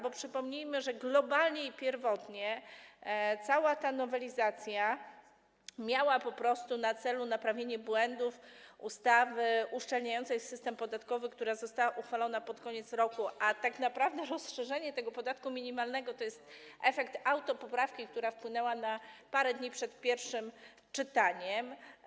Bo przypomnijmy, że globalnie i pierwotnie cała ta nowelizacja miała po prostu na celu naprawienie błędów ustawy uszczelniającej system podatkowy, która została uchwalona pod koniec roku, a rozszerzenie tego podatku minimalnego to jest efekt autopoprawki, która wpłynęła parę dni przed pierwszym czytaniem.